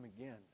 again